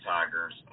Tigers